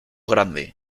grande